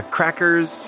Crackers